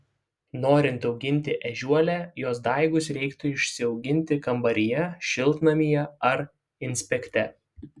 norint auginti ežiuolę jos daigus reiktų išsiauginti kambaryje šiltnamyje ar inspekte